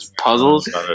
puzzles